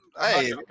Hey